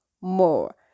more